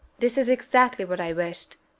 this is exactly what i wished,